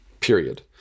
period